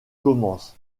commence